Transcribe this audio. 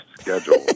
schedule